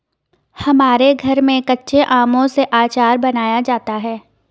हमारे घर में कच्चे आमों से आचार बनाया जाता है